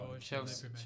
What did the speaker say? Chelsea